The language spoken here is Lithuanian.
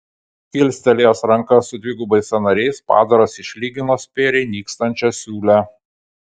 kilstelėjęs rankas su dvigubais sąnariais padaras išlygino spėriai nykstančią siūlę